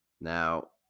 Now